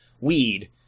weed